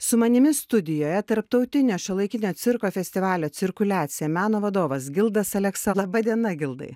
su manimi studijoje tarptautinio šiuolaikinio cirko festivalio cirkuliacija meno vadovas gildas aleksa laba diena gildai